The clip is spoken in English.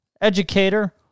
educator